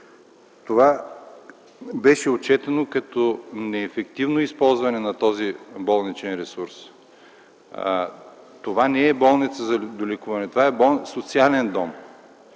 Това беше отчетено като неефективно използване на този болничен ресурс. Това не е болница за долекуване, това е болница социален дом.